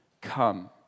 come